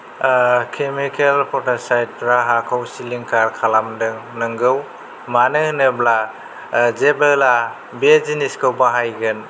ओ खेमिकेल पतासायदफोरा हाखौ सिलिंखार खालामदों नोंगौ मानो होनोब्ला ओ जेबोला बे जिनिसखौ बाहायगोन